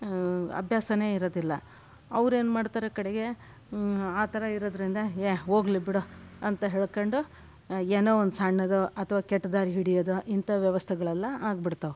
ಅಭ್ಯಾಸನೇ ಇರೋದಿಲ್ಲ ಅವರೇನು ಮಾಡ್ತಾರೆ ಕಡೆಗೆ ಆ ಥರ ಇರೋದರಿಂದ ಹ್ಯಾ ಹೋಗಲಿಬಿಡು ಅಂತ ಹೇಳ್ಕೊಂಡು ಏನೋ ಒಂದು ಸಣ್ಣದೋ ಅಥವಾ ಕೆಟ್ಟ ದಾರಿ ಹಿಡಿಯೋದು ಇಂಥಾವು ವ್ಯವಸ್ಥೆಗಳೆಲ್ಲ ಆಗ್ಬಿಡ್ತಾವೆ